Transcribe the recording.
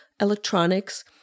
electronics